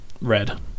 red